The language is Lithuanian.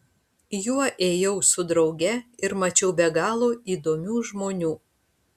juo ėjau su drauge ir mačiau be galo įdomių žmonių